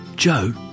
Joe